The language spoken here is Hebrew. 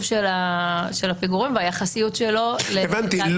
של הפיגורים והיחסיות שלו --- הבנתי.